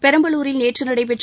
பெரம்பலூரில் நேற்று நடைபெற்ற